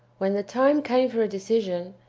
when the time came for a decision,